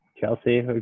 Chelsea